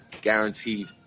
Guaranteed